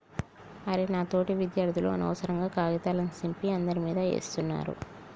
అరె నా తోటి విద్యార్థులు అనవసరంగా కాగితాల సింపి అందరి మీదా వేస్తున్నారు